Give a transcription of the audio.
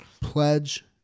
Pledge